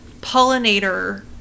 pollinator